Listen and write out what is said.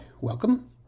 welcome